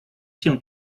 się